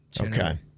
Okay